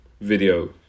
video